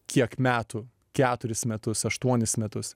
kiek metų keturis metus aštuonis metus